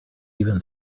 even